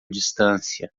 distância